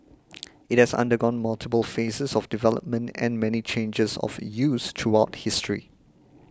it has undergone multiple phases of development and many changes of use throughout history